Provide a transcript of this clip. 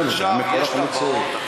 זה נובע מכורח המציאות.